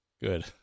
Good